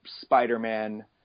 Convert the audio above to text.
Spider-Man